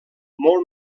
molt